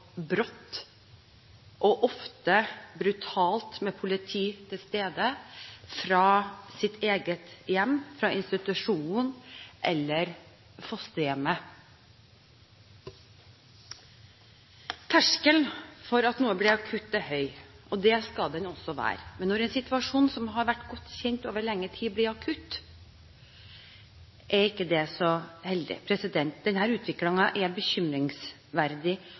ofte brutalt og med politi til stede – fra sitt eget hjem, fra institusjonen eller fosterhjemmet? Terskelen for at noe blir akutt er høy, og det skal den også være, men når en situasjon som har vært godt kjent over lengre tid, blir akutt, er ikke det så heldig. Denne utviklingen er bekymringsfull, og den